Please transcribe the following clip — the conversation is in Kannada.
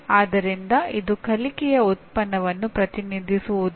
ಆದ್ದರಿಂದ ಇದು ಕಲಿಕೆಯ ಉತ್ಪನ್ನವನ್ನು ಪ್ರತಿನಿಧಿಸುವುದಿಲ್ಲ